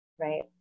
right